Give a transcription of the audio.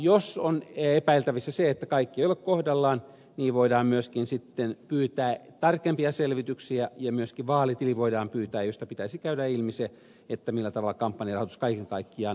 jos on epäiltävissä että kaikki ei ole kohdallaan voidaan myöskin pyytää tarkempia selvityksiä ja myöskin vaalitili voidaan pyytää josta pitäisi käydä ilmi se millä tavalla kampanjarahoitus kaiken kaikkiaan on tapahtunut